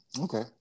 okay